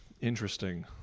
Interesting